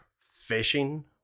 fishing